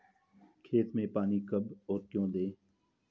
खेत में पानी कब और क्यों दें?